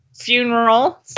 funeral